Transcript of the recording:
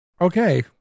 Okay